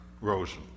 Rosen